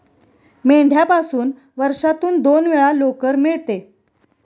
मेंढ्यापासून वर्षातून दोन वेळा लोकर मिळते